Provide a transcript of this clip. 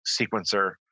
sequencer